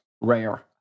Rare